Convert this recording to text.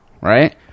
right